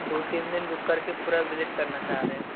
दो तीन दिन रुक करके पूरा विज़िट करना चाह रहे हैं